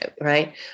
Right